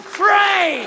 free